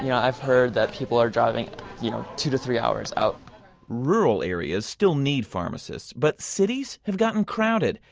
yeah i've heard that people are driving you know two to three hours out rural areas still need pharmacists, but cities have gotten crowded.